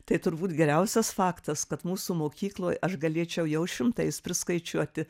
tai turbūt geriausias faktas kad mūsų mokykloj aš galėčiau jau šimtais priskaičiuoti